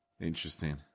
Interesting